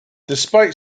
despite